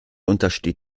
untersteht